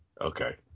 Okay